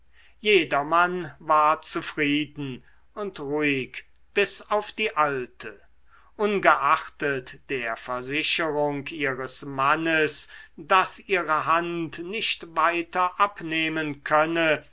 jedermann war zufrieden und ruhig bis auf die alte ungeachtet der versicherung ihres mannes daß ihre hand nicht weiter abnehmen könne